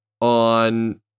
on